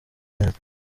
neza